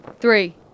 Three